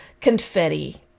confetti